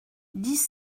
dix